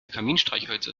kaminstreichhölzer